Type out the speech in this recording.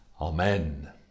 amen